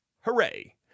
hooray